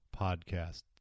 podcast